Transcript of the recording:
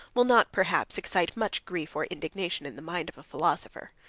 will not, perhaps, excite much grief or indignation in the mind of a philosopher.